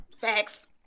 Facts